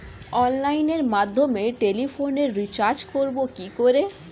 অনলাইনের মাধ্যমে টেলিফোনে রিচার্জ করব কি করে?